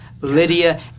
Lydia